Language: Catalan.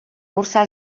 cursar